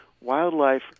wildlife